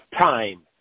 time